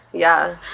yeah.